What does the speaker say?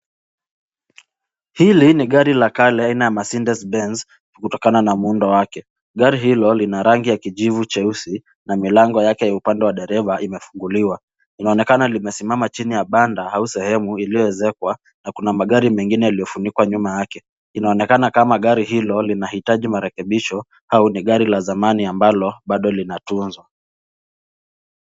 Hili ni gari la kale aina ya Mercedes Benz , kutokana na muundo wake. Gari hilo lina rangi ya kijivu cheusi na milango yake ya upande wa dereva imefunguliwa. Linaonekana limesimama chini ya banda au sehemu iliyoezekwa na kuna magari mengine yaliyofunikwa nyuma yake. Inaonekana kama gari hilo linahitaji marekebisho au ni gari la samani ambalo bado linatunzwa.